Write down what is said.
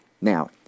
Now